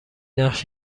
نقش